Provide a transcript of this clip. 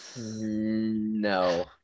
No